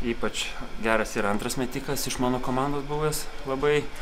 ypač geras ir antras metikas iš mano komandos buvęs labai